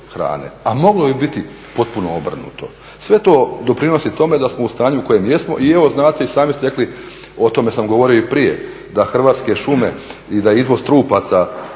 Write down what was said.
hrane, a moglo bi biti potpuno obrnuto. Sve to doprinosi tome da smo u stanju u kojem jesmo i evo znate i sami ste rekli, o tome sam govorio i prije da Hrvatske šume i da je izvoz trupaca